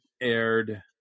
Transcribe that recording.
aired